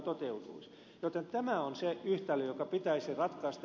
näin ollen tämä on se yhtälö joka pitäisi ratkaista